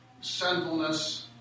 sinfulness